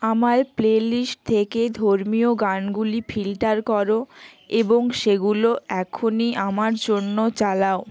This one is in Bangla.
আমার প্লেলিস্ট থেকে ধর্মীয় গানগুলি ফিল্টার কর এবং সেগুলো এখনই আমার জন্য চালাও